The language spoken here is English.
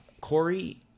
Corey